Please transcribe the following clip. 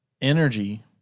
energy